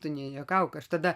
tu nejuokauk aš tada